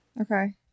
Okay